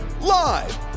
live